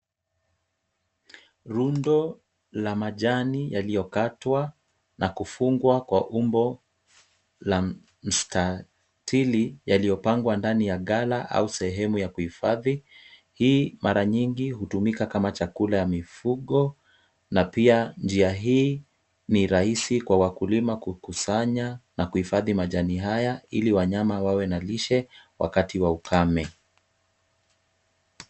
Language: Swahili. Rundo la majani yaliyokatwa na kufungwa kwa umbo la mtahili yaliyopangwa ndani ya gala au sehemu ya kuhifadhi. Hii mara nyingi hutumika kama chakula ya mifugo na pia njia hii ni rahisi kwa wakulima kukusanya na kuhifadhi majani haya ili wanyama wawe na lishe wakati wa ukame.